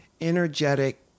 energetic